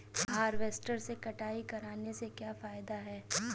Harvester से कटाई करने से क्या फायदा है?